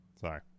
Sorry